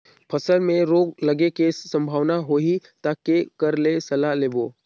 फसल मे रोग लगे के संभावना होही ता के कर ले सलाह लेबो?